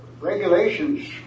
regulations